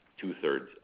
two-thirds